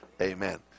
Amen